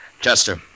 Chester